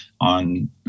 on